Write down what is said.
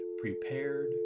prepared